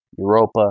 Europa